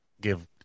give